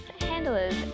handlers